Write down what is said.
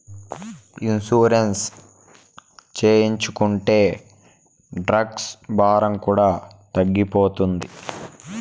insurance చేయించుకుంటే tax భారం కూడా తగ్గిపోతాయి